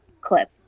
clip